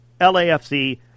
LAFC